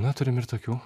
na turim ir tokių